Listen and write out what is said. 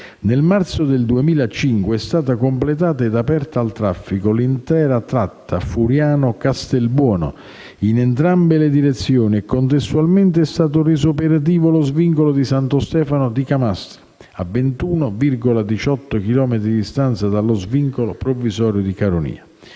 Nel marzo 2005 è stata completata e aperta al traffico l'intera tratta Furiano-Castelbuono in entrambe le direzioni e contestualmente è stato reso operativo lo svincolo di Santo Stefano di Camastra, a 21,18 chilometri di distanza dallo svincolo provvisorio di Caronia.